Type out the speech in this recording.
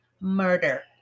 murder